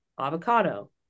avocado